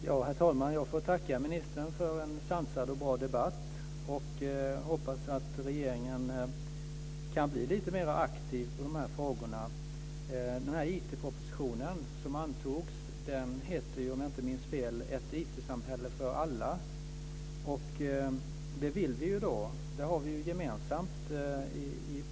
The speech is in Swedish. Herr talman! Jag får tacka ministern för en sansad och bra debatt. Jag hoppas att regeringen kan bli lite mer aktiv i de här frågorna. Den IT-proposition som antogs hette, om jag inte minns fel, Ett IT-samhälle för alla. Det vill vi ju ha i dag. Det har partierna gemensamt.